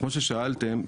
כמו ששאלתם,